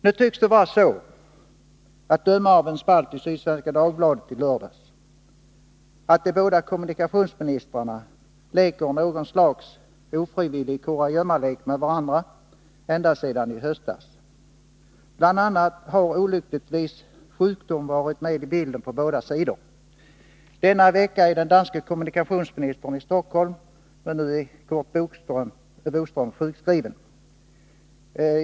Det tycks nu vara så — att döma av en spalt i Sydsvenska Dagbladet i lördags - att de båda kommunikationsministrarna leker någon slags ofrivillig kurragömmalek med varandra ända sedan i höstas. Bl. a. har olyckligtvis sjukdom funnits med i bilden på båda sidor. Denna vecka är den danske kommunikationsministern i Stockholm, men nu är Curt Boström sjukskriven.